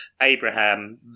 Abraham